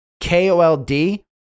KOLD